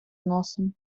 носом